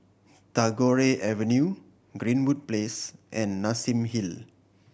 Tagore Avenue Greenwood Place and Nassim Hill